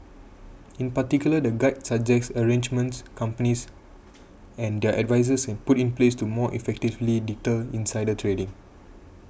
in particular the guide suggests arrangements companies and their advisers can put in place to more effectively deter insider trading